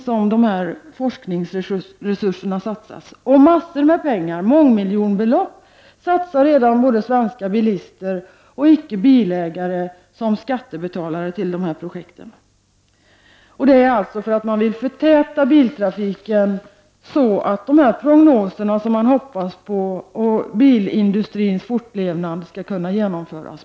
Svenska bilister och icke bilägare satsar i egenskap av skattebetalare redan mångmiljonbelopp på dessa projekt. Allt detta för att man vill förtäta biltrafiken för att prognoserna skall slå in och för att bilindustrins fortlevnad skall kunna garanteras.